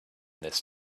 this